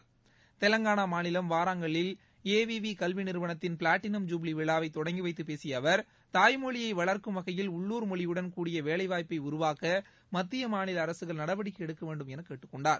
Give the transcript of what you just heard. என தெலங்கானா மாநிலம் வாரங்கலில் ஏ வி வி கல்வி நிறுவனத்தின் பிளாட்டினம் ஜூப்ளி விழாவை தொடங்கிவைத்துப் பேசிய அவர் தாய் மொழியை வளர்க்கும் வகையில் உள்ளூர் மொழியுடன் கூடிய வேலைவாய்ப்பை உருவாக்க மத்திய மாநில அரசுகள் நடவடிக்கை எடுக்கவேண்டும் என கேட்டுக்கொண்டார்